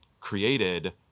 created